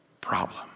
problem